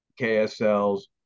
KSL's